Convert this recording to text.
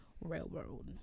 railroad